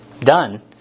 done